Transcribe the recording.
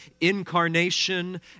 incarnation